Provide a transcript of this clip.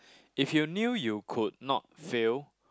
if you knew you could not fail